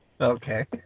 Okay